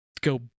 go